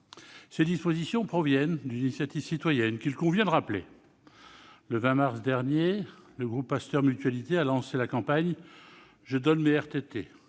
Ces dispositions proviennent d'une initiative citoyenne qu'il convient de rappeler. Le 20 mars dernier, le groupe Pasteur Mutualité a lancé la campagne « Je donne mes RTT »